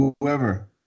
whoever